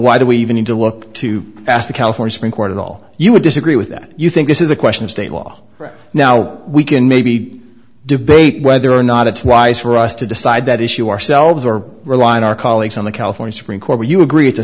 why do we even need to look to ask the california supreme court at all you would disagree with that you think this is a question of state law now we can maybe debate whether or not it's wise for us to decide that issue ourselves or rely on our colleagues on the california supreme court will you agree it's a